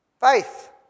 Faith